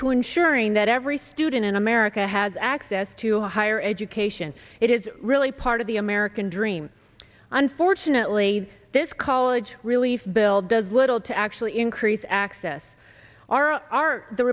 to ensuring that every student in america has access to higher education it is really part of the american dream unfortunately this college relief bill does little to actually increase access r r the